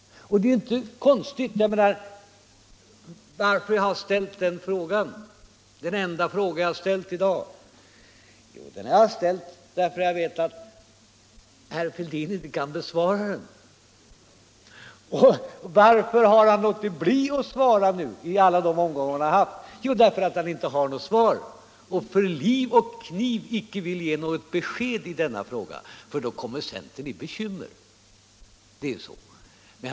Varför har jag ställt den enda fråga som jag har ställt i dag? Jo, därför att jag vet att herr Fälldin inte kan besvara den. Och varför har han låtit bli att svara i de repliker som han har haft? Jo, därför att han inte har något svar att ge och för liv och kniv inte vill ge något besked i denna fråga, för då kommer centern i en bekymmersam situation.